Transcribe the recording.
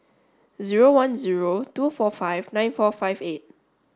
zero one zero two four five nine four five eight